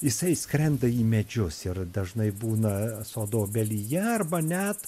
jisai skrenda į medžius ir dažnai būna sodo obelyje arba net